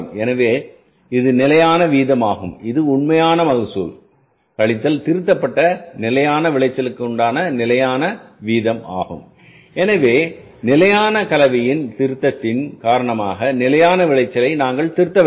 எனவே இது நிலையான வீதமாகும் இது உண்மையான மகசூல் கழித்தல் திருத்தப்பட்ட நிலையான விளைச்சலுக்கான நிலையான வீதமாகும் எனவே நிலையான கலவையின் திருத்தத்தின் காரணமாக நிலையான விளைச்சலை நாங்கள் திருத்த வேண்டும்